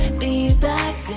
be back